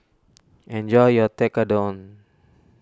enjoy your Tekkadon